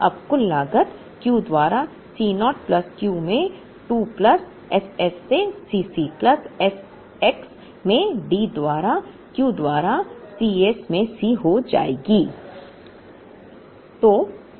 अब कुल लागत Q द्वारा C naught प्लस Q में 2 प्लस SS से C c plus S x में D द्वारा Q द्वारा C s में C हो जाएगी